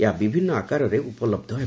ଏହା ବିଭିନ୍ନ ଆକାରରେ ଉପଲବ୍ଧ ହେବ